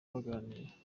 baganira